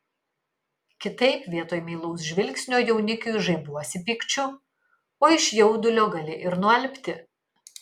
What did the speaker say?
kitaip vietoj meilaus žvilgsnio jaunikiui žaibuosi pykčiu o iš jaudulio gali ir nualpti